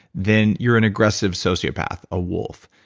then you're an aggressive sociopath, a wolf.